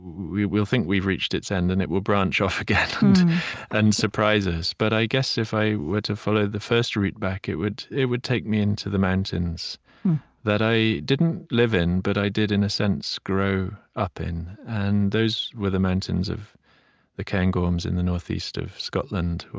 we'll think we've reached its end, and it will branch off again and surprise us. but i guess, if i were to follow the first root back, it would it would take me into the mountains that i didn't live in, but i did, in a sense, grow up in. and those were the mountains of the cairngorms in the northeast of scotland,